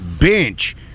bench